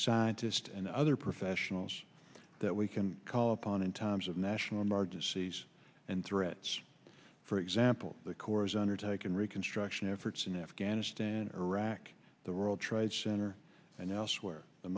scientists and other professionals that we can call upon in times of national emergencies and threats for example the corps undertaken reconstruction efforts in afghanistan iraq the world trade center and elsewhere the